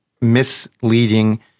misleading